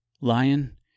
Lion